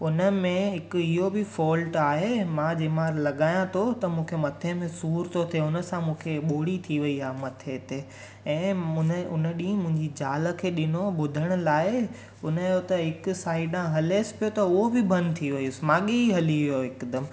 उन में इकु इहो बि फोल्ट आहे मां जंहिंमहिल लॻायां थो त मूंखे मथे में सूरु थो थिए हुन सां मूंखे ॿोड़ी थी वई आहे मथे ते ऐं मुने हुन ॾींहुं मुंहिंजी ज़ाल खे ॾिनो ॿुधण लाइ हुन जो त इकु साइडां हलेसि पियो थो उहो बि बंदि थी वियो स्मागी ई हली वियो हिकदमि